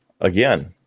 again